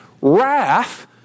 wrath